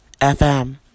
FM